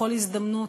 בכל הזדמנות,